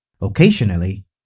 Occasionally